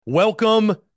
Welcome